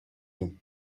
nous